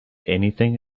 anything